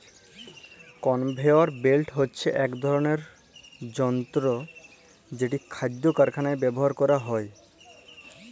conveyor belt হছে ইক ধরলের যল্তর যেট খাইদ্য কারখালায় ব্যাভার ক্যরা হ্যয়